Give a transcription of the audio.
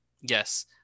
yes